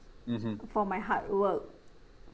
for my hard work